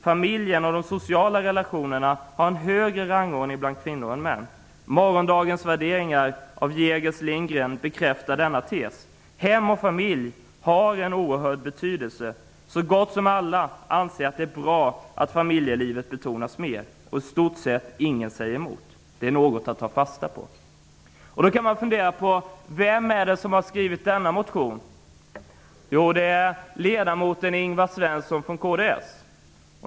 Familjen och de sociala relationerna har en högre rangordning bland kvinnor än män. 'Morgondagens värderingar' av Jegers/Lindgren bekräftar denna tes: ''Hem och familj har en oerhörd betydelse. Så gott som alla anser att det är bra att familjelivet betonas mer! Och i stort sett ingen säger emot. Det är något att ta fasta på.''' Då kan man fundera över vem det är som har skrivit denna motion. Det är ledamoten Ingvar Svensson från kds.